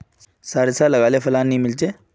सारिसा लगाले फलान नि मीलचे?